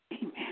Amen